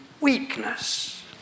weakness